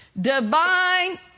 Divine